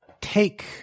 take